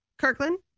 Kirkland